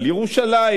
על ירושלים,